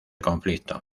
conflicto